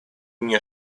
мне